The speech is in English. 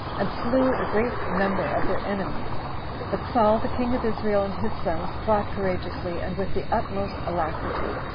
and slew a great number of their enemies but saul the king of israel, and his sons, fought courageously, and with the utmost alacrity,